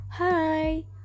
Hi